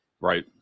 right